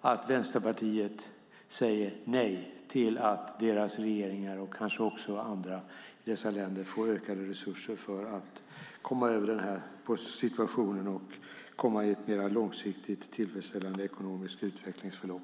att Vänsterpartiet säger nej till att deras regeringar hjälper dessa länder att få ökade resurser för att komma igenom situationen och komma i ett långsiktigt mer tillfredsställande utvecklingsförlopp?